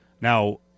Now